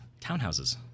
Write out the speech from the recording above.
Townhouses